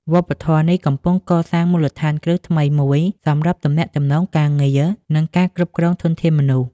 វប្បធម៌នេះកំពុងកសាងមូលដ្ឋានគ្រឹះថ្មីមួយសម្រាប់ទំនាក់ទំនងការងារ និងការគ្រប់គ្រងធនធានមនុស្ស។